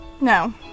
No